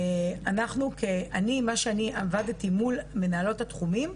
אני מה שאני עבדתי מול מנהלות התחומים,